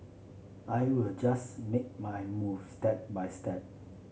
I will just make my move step by step